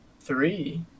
three